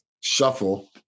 Shuffle